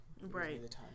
Right